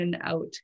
out